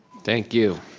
thank you.